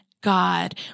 God